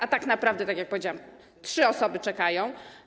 A tak naprawdę, tak jak powiedziałam, trzy osoby czekają.